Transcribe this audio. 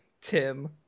Tim